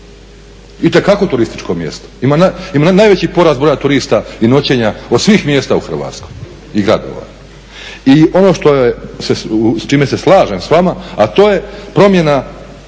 itekako turističko mjesto. Ima najveći porast broja turista i noćenja od svih mjesta u Hrvatskoj i gradova. I ono s čime se slažem s vama, a to je promjena